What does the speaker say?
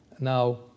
Now